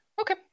Okay